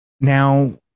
now